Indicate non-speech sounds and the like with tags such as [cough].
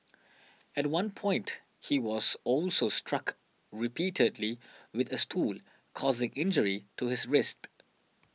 at one point he was also struck repeatedly with a stool causing injury to his wrist [noise]